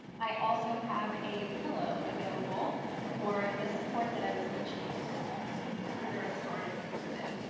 i also have a pillow available for the support that i was mentioning for the restorative piece of it.